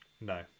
No